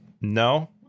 no